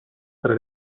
fra